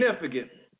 significant